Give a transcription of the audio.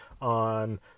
on